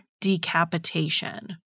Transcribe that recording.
decapitation